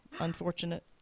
unfortunate